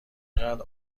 قدر